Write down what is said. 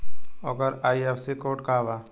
ओकर IFSC code का बा?